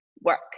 work